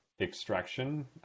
extraction